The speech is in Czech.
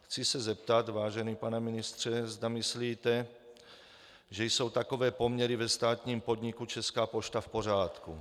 Chci se zeptat, vážený pane ministře, zda myslíte, že jsou takové poměry ve státním podniku Česká pošta v pořádku.